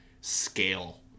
scale